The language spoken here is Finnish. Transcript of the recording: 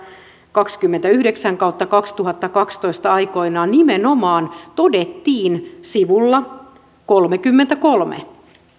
kaksikymmentäyhdeksän kautta kaksituhattakaksitoista vp aikoinaan nimenomaan todettiin sivulla kolmekymmentäkolme